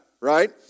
right